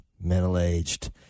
middle-aged